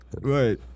Right